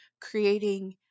creating